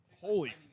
Holy